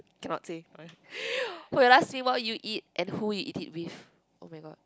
cannot say for your last meal what would you eat and who you eat it with oh-my-god